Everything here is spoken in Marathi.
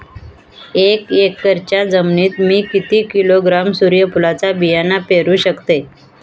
एक एकरच्या जमिनीत मी किती किलोग्रॅम सूर्यफुलचा बियाणा पेरु शकतय?